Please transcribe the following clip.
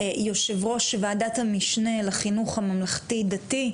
יושב ראש וועדת המשנה לחינוך הממלכתי-דתי,